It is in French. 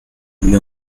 lui